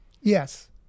Yes